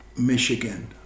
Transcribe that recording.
Michigan